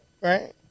Right